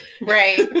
right